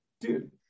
dude